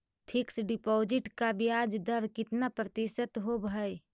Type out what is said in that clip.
Fix deposit का ब्याज दर कितना प्रतिशत होब है?